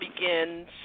begins